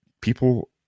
people